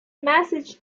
message